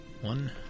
one